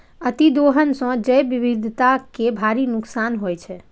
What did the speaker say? अतिदोहन सं जैव विविधता कें भारी नुकसान होइ छै